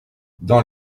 dans